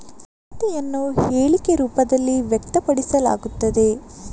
ಖಾತೆಯನ್ನು ಹೇಳಿಕೆ ರೂಪದಲ್ಲಿ ವ್ಯಕ್ತಪಡಿಸಲಾಗುತ್ತದೆ